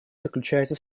заключается